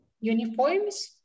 uniforms